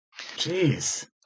jeez